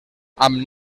amb